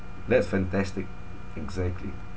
that's fantastic exactly